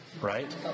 right